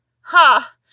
Ha